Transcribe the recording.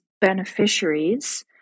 beneficiaries